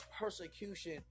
persecution